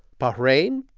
bahrain,